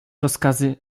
rozkazy